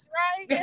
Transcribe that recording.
right